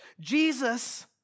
Jesus